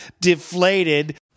deflated